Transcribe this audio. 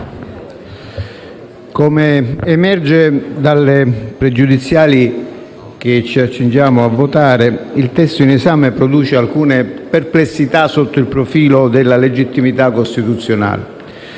come emerge dalle questioni pregiudiziali che ci accingiamo a votare, il testo in esame produce alcune perplessità sotto il profilo della legittimità costituzionale.